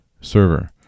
server